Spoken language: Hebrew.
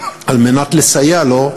על מנת לסייע לו,